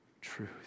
truth